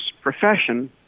profession